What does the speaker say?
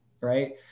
right